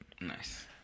Nice